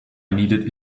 needed